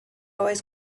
always